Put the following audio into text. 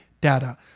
data